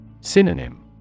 Synonym